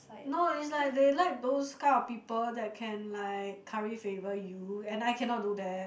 no it's like they like those kind of people that can like curry favor you and I cannot do that